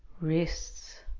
wrists